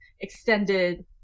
extended